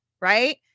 Right